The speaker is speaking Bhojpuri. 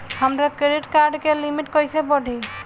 हमार क्रेडिट कार्ड के लिमिट कइसे बढ़ी?